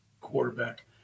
quarterback